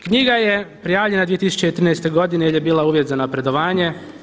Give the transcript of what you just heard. Knjiga je objavljena 2013. godine jer je bila uvjet za napredovanje.